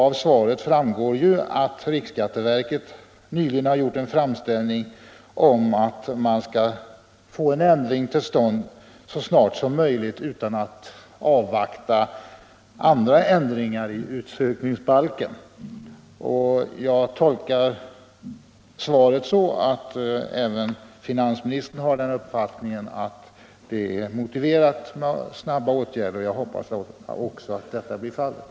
Av svaret framgår att riksskatteverket nyligen har gjort en framställning om att få en ändring till stånd så snart som möjligt utan att avvakta andra ändringar i utsökningsbalken. Jag tolkar svaret så att även finansministern har uppfattningen att det är motiverat med snabba åtgärder. Jag hoppas att också detta blir fallet.